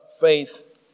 faith